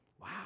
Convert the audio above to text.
Wow